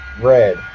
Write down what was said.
Red